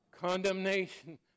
condemnation